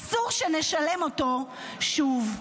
אסור שנשלם אותו שוב.